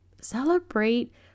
celebrate